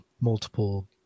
multiple